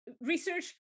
research